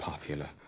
popular